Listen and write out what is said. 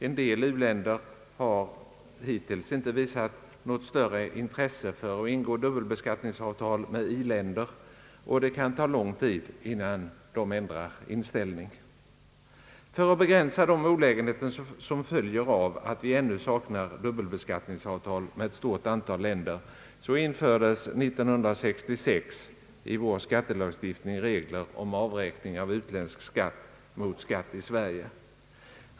En del u-länder har hittills inte visat något större intresse för att ingå dubbelbeskattningsavtal med i-länder, och det kan ta lång tid innan de ändrar inställning. För att begränsa de olägenheter som följer av att vi ännu saknar dubbelbeskattningsavtal med ett stort antal länder infördes år 1966 i vår skattelagstiftning regler om avräkning av utländsk skatt mot skatt i Sverige.